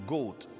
gold